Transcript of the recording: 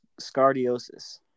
scardiosis